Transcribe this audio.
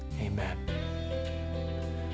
amen